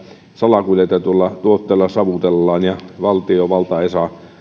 salakuljetetulla tuotteella savutellaan ja valtiovalta